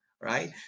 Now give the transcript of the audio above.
right